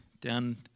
down